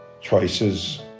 Choices